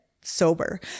sober